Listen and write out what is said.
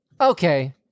okay